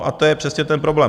A to je přesně ten problém.